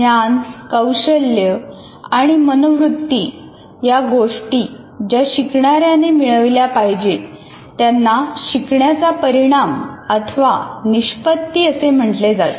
ज्ञान कौशल्य आणि मनोवृत्ती या गोष्टी ज्या शिकणाऱ्या ने मिळविल्या पाहिजेत त्यांना शिकण्याचा परिणाम अथवा निष्पत्ती असे म्हटले जाते